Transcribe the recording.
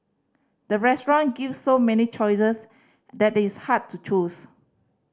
the restaurant gave so many choices that is hard to choose